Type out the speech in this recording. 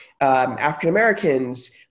African-Americans